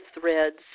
threads